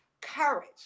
courage